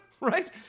Right